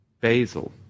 Basil